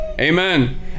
Amen